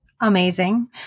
amazing